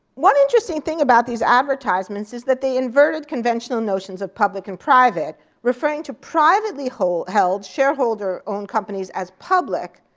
one interesting thing about these advertisements is that they inverted conventional notions of public and private, referring to privately held shareholder owned companies as public,